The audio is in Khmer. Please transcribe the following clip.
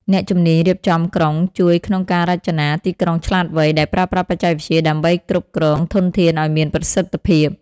អ្នកជំនាញរៀបចំក្រុងជួយក្នុងការរចនា "ទីក្រុងឆ្លាតវៃ"ដែលប្រើប្រាស់បច្ចេកវិទ្យាដើម្បីគ្រប់គ្រងធនធានឱ្យមានប្រសិទ្ធភាព។